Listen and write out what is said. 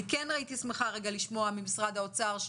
אני כן הייתי שמחה לשמוע ממשרד האוצר,